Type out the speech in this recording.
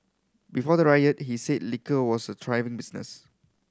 before the riot he said liquor was a thriving business